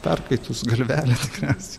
perkaitus galvelė tikriausiai